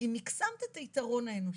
אם מיקסמת את היתרון האנושי,